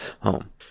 home